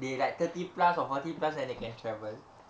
they like thirty plus or forty plus when they can travel